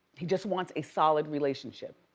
he just wants a solid relationship.